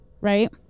Right